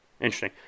Interesting